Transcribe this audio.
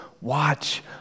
watch